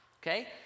okay